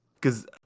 cause